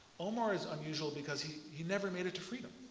omar is unusual because he he never made it to freedom.